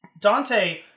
Dante